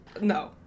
No